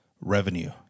revenue